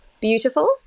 beautiful